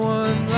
one